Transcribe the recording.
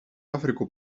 африку